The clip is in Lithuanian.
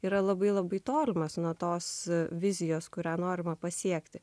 yra labai labai tolimas nuo tos vizijos kurią norima pasiekti